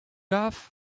gav